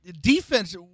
defense –